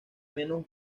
menos